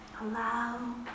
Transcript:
Allow